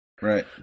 Right